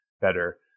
better